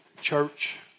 church